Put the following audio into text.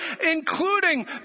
including